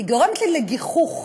היא גורמת לי לגיחוך.